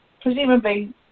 Presumably